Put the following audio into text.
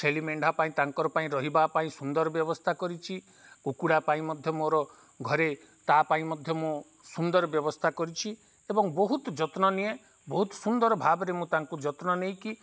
ଛେଳି ମେଣ୍ଢା ପାଇଁ ତାଙ୍କର ପାଇଁ ରହିବା ପାଇଁ ସୁନ୍ଦର ବ୍ୟବସ୍ଥା କରିଛି କୁକୁଡ଼ା ପାଇଁ ମଧ୍ୟ ମୋର ଘରେ ତା ପାଇଁ ମଧ୍ୟ ମୁଁ ସୁନ୍ଦର ବ୍ୟବସ୍ଥା କରିଛି ଏବଂ ବହୁତ ଯତ୍ନ ନିଏ ବହୁତ ସୁନ୍ଦର ଭାବରେ ମୁଁ ତାଙ୍କୁ ଯତ୍ନ ନେଇକି